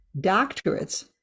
doctorates